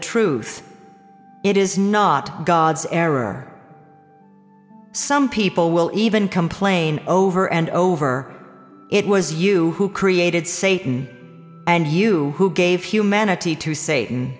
truth it is not god's error some people will even complain over and over it was you who created satan and you who gave humanity to satan